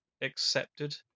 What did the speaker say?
accepted